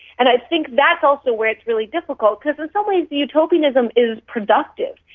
and i think that's also where it's really difficult, because in some ways the utopianism is productive.